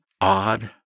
odd